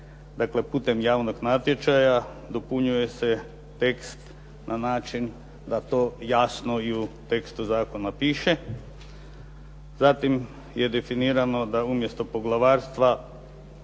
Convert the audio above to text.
dakle putem javnog natječaja dopunjuje se tekst na način da to jasno i u tekstu zakona piše. Zatim je definirano da umjesto poglavarstva